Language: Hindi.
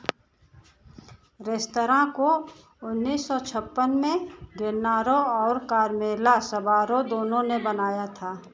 रेस्तरां को उन्नीस सौ छप्पन में गेन्नारो और कार्मेला सबारो दोनों ने बनाया था